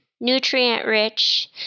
nutrient-rich